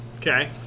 Okay